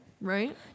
Right